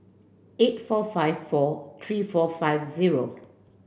eight four five four three four five zero